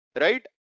right